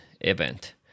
event